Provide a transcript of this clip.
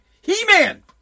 He-Man